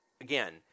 again